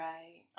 Right